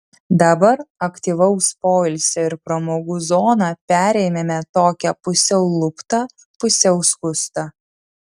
dabar aktyvaus poilsio ir pramogų zoną perėmėme tokią pusiau luptą pusiau skustą